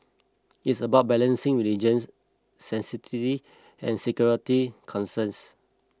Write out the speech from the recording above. it's about balancing religious sanctity and security concerns